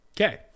okay